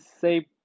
say